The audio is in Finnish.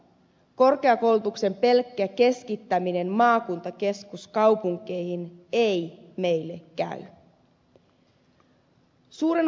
korkeakoulutuksen keskittäminen pelkkiin maakuntakeskuskaupunkeihin ei meille käy